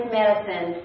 medicine